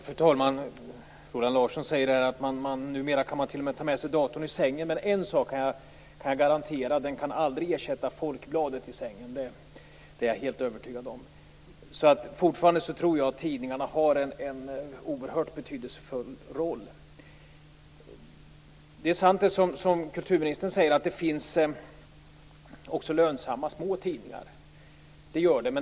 Fru talman! Roland Larsson säger att man numera t.o.m. kan ta med sig datorn i sängen. En sak kan jag garantera: Den kan aldrig ersätta Folkbladet i sängen. Det är jag helt övertygad om. Jag tror att tidningarna fortfarande spelar en oerhört betydelsefull roll. Det är sant, som kulturministern säger, att det också finns lönsamma små tidningar.